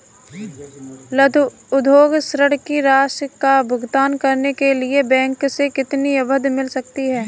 लघु उद्योग ऋण की राशि का भुगतान करने के लिए बैंक से कितनी अवधि मिल सकती है?